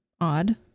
odd